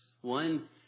one